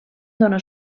donar